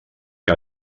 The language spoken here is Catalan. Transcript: que